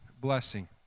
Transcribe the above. blessing